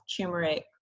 turmeric